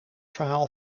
verhaal